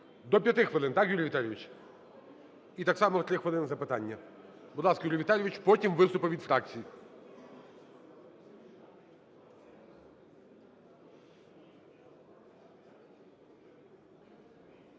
До 5 хвилин, так, Юрій Віталійович? І так само, 3 хвилини на запитання. Будь ласка, Юрій Віталійович. Потім – виступи від фракцій.